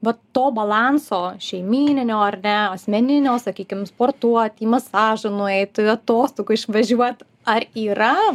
vat to balanso šeimyninio ar ne asmeninio sakykim sportuot į masažą nueit atostogų išvažiuot ar yra